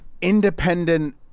independent